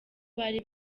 bari